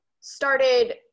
started